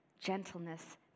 gentleness